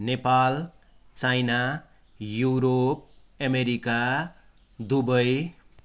Nepal China Europe America Dubai